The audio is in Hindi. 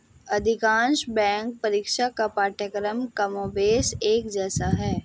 अधिकांश बैंक परीक्षाओं का पाठ्यक्रम कमोबेश एक जैसा है